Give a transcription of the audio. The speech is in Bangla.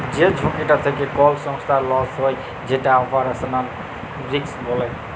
যে ঝুঁকিটা থেক্যে কোল সংস্থার লস হ্যয়ে যেটা অপারেশনাল রিস্ক বলে